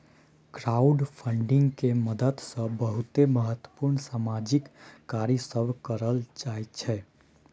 crowdfunding के मदद से बहुते महत्वपूर्ण सामाजिक कार्य सब करल जाइ छइ